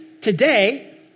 today